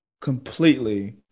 completely